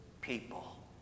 people